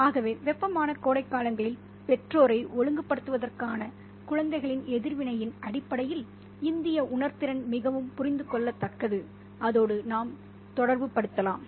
ஆகவே வெப்பமான கோடைகாலங்களில் பெற்றோரை ஒழுங்குபடுத்துவதற்கான குழந்தைகளின் எதிர்வினையின் அடிப்படையில் இந்திய உணர்திறன் மிகவும் புரிந்துகொள்ளத்தக்கது அதோடு நாம் தொடர்புபடுத்தலாம்